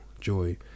joy